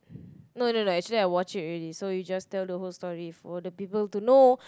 no no no actually I watch it already so you just tell the whole story for the people to know